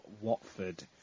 Watford